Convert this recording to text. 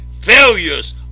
failures